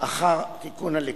אחר תיקון הליקויים.